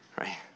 Right